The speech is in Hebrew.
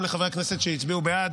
גם לחברי הכנסת שהצביעו בעד.